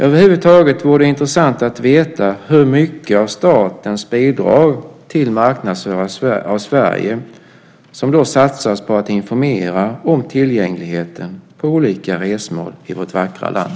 Över huvud taget vore det intressant att veta hur mycket av statens bidrag till marknadsföring av Sverige som satsas på att informera om tillgängligheten på olika resmål i vårt vackra land.